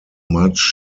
much